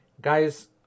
Guys